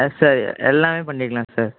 S sir எல்லாமே பண்ணிக்கலாம் sir